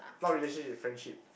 not relationship friendship